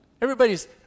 Everybody's